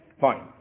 Fine